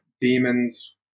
demons